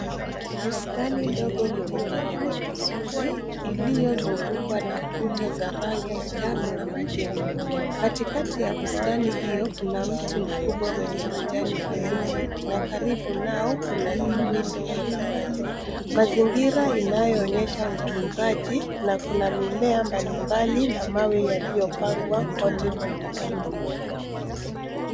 Bustani mzuri iliyozungukwa na maanjego ya rangi Nyekundu, katikati ya bustani hii, kuna mti mkubwa yenye majani mabichi, karibu nao kuna dimbwi ndogo la maji. Mazingira inayoonyeshwa na kuna mawe yaliyopangwa, kwenye dimbwi